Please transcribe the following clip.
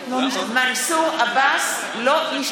בעד אורית פרקש